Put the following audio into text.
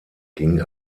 ging